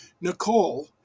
Nicole